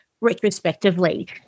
retrospectively